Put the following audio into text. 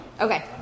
Okay